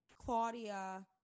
Claudia